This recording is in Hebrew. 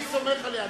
אני סומך עליה,